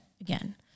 again